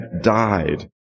died